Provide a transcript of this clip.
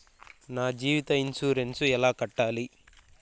నా జీవిత ఇన్సూరెన్సు ఎలా కట్టాలి?